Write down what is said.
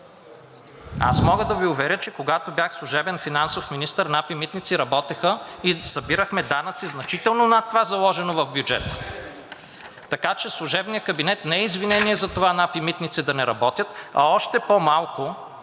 Аз мога да Ви уверя, че когато бях служебен финансов министър, НАП и „Митници“ работеха и събирахме данъци значително над това, заложено в бюджета. Така че служебният кабинет не е извинение за това НАП и „Митници“ да не работят, а още по-малко